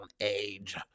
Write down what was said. age